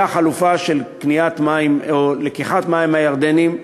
והחלופה של קניית מים או לקיחת מים מהירדנים,